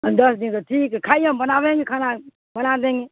دس دن کا ٹھیک ہے کھائیے ہم بنا دیں گے کھانا بنا دیں گے